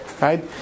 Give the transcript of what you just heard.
Right